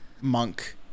monk